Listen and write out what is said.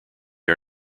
are